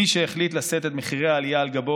מי שהחליט לשאת את מחירי העלייה על גבו